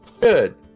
Good